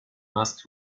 masks